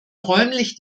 räumlich